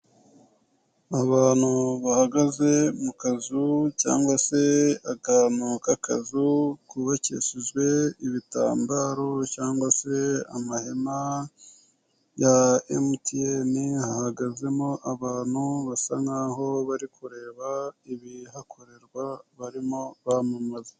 Abantu bahagaze mu kazu cyangwa se akantu k'akazu kubakishijwe ibitambaro cyangwa se amahema ya MTN, hahagazemo abantu basa n'aho bari kureba ibihakorerwa barimo bamamaza.